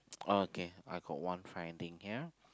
okay I got one finding ya